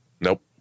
Nope